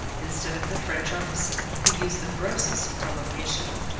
instead of the french officer, who used the grossest provocation,